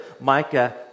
Micah